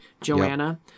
Joanna